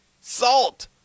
Salt